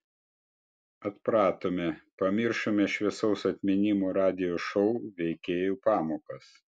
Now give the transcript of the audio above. atpratome pamiršome šviesaus atminimo radijo šou veikėjų pamokas